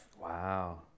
Wow